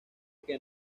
que